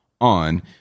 on